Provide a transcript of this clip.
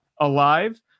alive